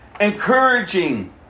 encouraging